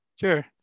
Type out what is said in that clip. Sure